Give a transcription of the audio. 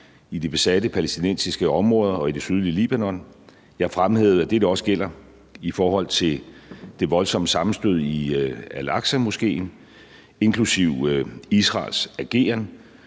i de besatte palæstinensiske områder og i det sydlige Libanon. Jeg fremhævede, at dette også gælder i forhold til det voldsomme sammenstød i al-Aqsa-moskéen, inklusive Israels ageren,